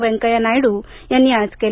व्यंकय्या नायडू यांनी आज केलं